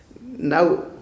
Now